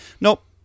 Nope